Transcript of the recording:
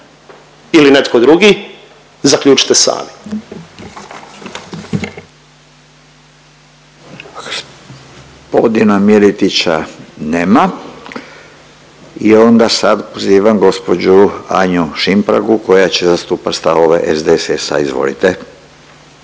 ili netko drugi zaključite sami.